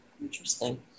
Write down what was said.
Interesting